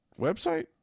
website